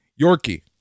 Yorkie